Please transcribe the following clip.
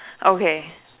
okay